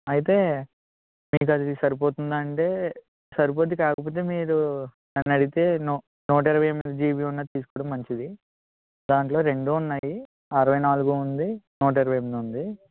అయితే మీకు అది సరిపోతుందా అంటే సరిపోద్ది కాకపోతే మీరు నన్ను అడిగితే నూ నూట ఇరవై ఎనిమిది జీబి ఉన్నది తీసుకోవడం మంచిది దాంట్లో రెండు ఉన్నాయి అరవై నాలుగు ఉంది నూట ఇరవై ఎనిమిది ఉంది